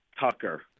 Tucker